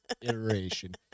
iteration